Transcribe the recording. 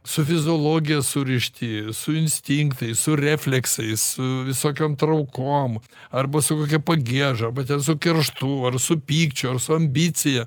su fiziologija surišti su instinktais su refleksais su visokiom traukom arba su kokia pagieža arba ten su kerštu ar su pykčiu ar su ambicija